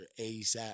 ASAP